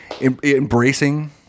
embracing